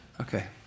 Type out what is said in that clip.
Okay